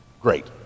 great